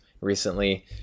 recently